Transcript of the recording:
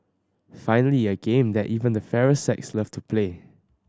finally a game that even the fairer sex loved to play